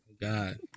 God